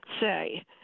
say